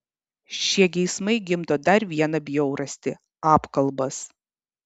šie geismai gimdo dar vieną bjaurastį apkalbas